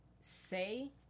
say